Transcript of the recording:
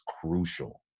crucial